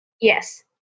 Yes